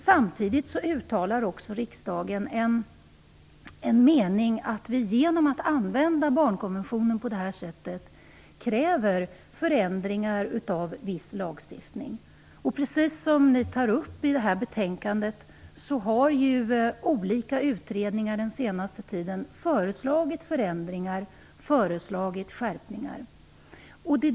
Samtidigt uttalar också riksdagen att vi genom att använda barnkonventionen på det här sättet kräver förändringar av viss lagstiftning. Precis som socialutskottet tar upp i betänkandet har olika utredningar den senaste tiden föreslagit förändringar och skärpningar.